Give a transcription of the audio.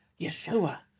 Yeshua